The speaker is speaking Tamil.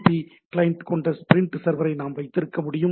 பி கிளையன்ட் கொண்ட பிரிண்ட் சர்வரை நான் வைத்திருக்க முடியும்